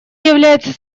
является